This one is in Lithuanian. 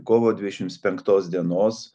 kovo dvidešims penktos dienos